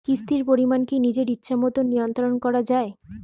কিস্তির পরিমাণ কি নিজের ইচ্ছামত নিয়ন্ত্রণ করা যায়?